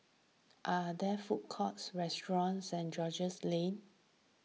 are there food courts restaurants Saint George's Lane